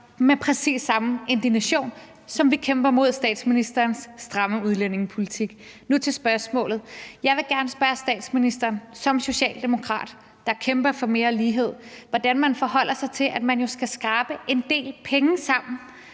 med præcis samme indignation, som vi kæmper imod statsministerens stramme udlændingepolitik. Nu til spørgsmålet. Jeg vil gerne spørge statsministeren – statsministeren som socialdemokrat, der kæmper for mere lighed – hvordan hun forholder sig til, at man jo skal skrabe en del penge sammen